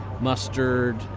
mustard